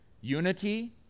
Unity